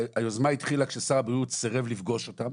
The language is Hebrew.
היוזמה התחילה כששר הבריאות סירב לפגוש אותם.